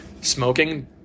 smoking